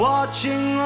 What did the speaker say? Watching